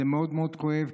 זה מאוד מאוד כואב,